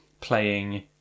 playing